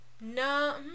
No